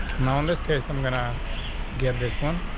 no, in this case, i'm gonna get this one.